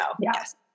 Yes